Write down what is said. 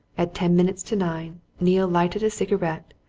at ten minutes to nine, neale lighted a cigarette,